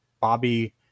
Bobby